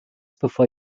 bevor